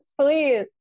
please